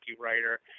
writer